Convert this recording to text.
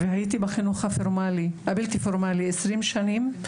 הייתי בחינוך הבלתי פורמלי 20 שנה,